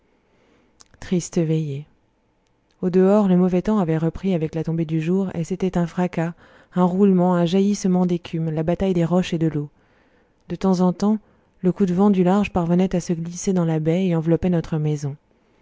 triste veillée au dehors le mauvais temps avait repris avec la tombée du jour et c'était un fracas un roulement un jaillissement d'écume la bataille des roches et de l'eau de temps en temps le coup de vent du large parvenait à se glisser dans la baie et enveloppait notre maison